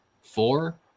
four